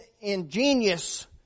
ingenious